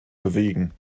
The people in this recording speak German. bewegen